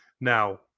Now